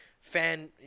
fan